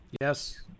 Yes